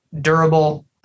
durable